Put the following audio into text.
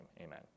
amen